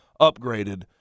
upgraded